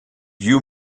you